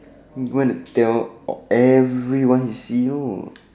go and tell everyone he see you know